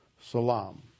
Salam